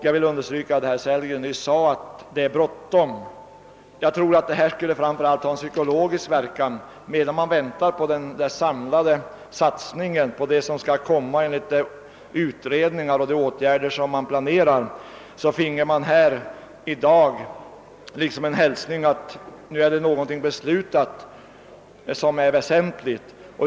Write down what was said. Jag vill understryka vad herr Sellgren nyss sade, nämligen att det är bråttom. Jag tror att detta framför allt skulle ha en psykologisk verkan. Medan man väntar på den samlade satsningen, på det som skall komma enligt de pågående utredningarna och planerna, kunde man i den berörda trakten i dag få liksom ett bevis att någonting väsentligt har beslutats.